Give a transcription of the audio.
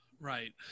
right